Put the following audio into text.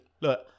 look